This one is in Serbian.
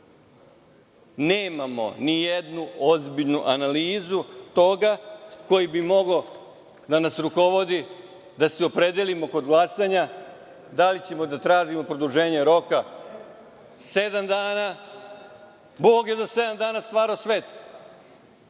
Nemamo ni jednu ozbiljnu analizu toga koji bi mogao da nas rukovodi, da se opredelimo kod glasanja, da li ćemo da tražimo produženje roka sedam dana, Bog je za sedam dana stvorio svet,